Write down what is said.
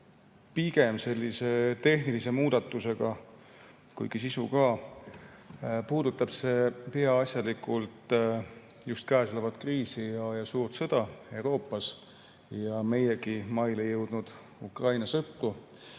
pigem sellise tehnilise muudatusega, kuigi sisu on siin ka. See puudutab peaasjalikult just käesolevat kriisi, suurt sõda Euroopas ja meiegi maile jõudnud Ukraina sõpru,